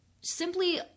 simply